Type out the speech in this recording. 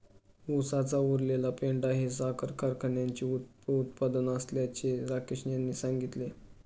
उसाचा उरलेला पेंढा हे साखर कारखान्याचे उपउत्पादन असल्याचे राकेश यांनी सांगितले